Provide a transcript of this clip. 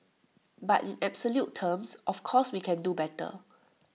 but in absolute terms of course we can do better